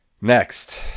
Next